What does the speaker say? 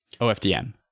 OFDM